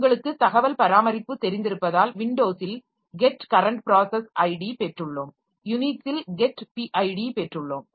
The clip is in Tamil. உங்களுக்குத் தகவல் பராமரிப்பு தெரிந்திருப்பதால் விண்டோஸில் get current process id பெற்றுள்ளோம் யுனிக்ஸில் get pid பெற்றுள்ளோம்